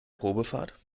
probefahrt